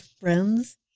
friends